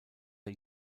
der